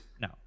No